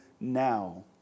now